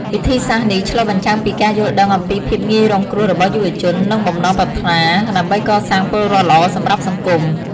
វិធីសាស្រ្តនេះឆ្លុះបញ្ចាំងពីការយល់ដឹងអំពីភាពងាយរងគ្រោះរបស់យុវជន និងបំណងប្រាថ្នាដើម្បីកសាងពលរដ្ឋល្អសម្រាប់សង្គម។